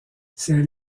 ces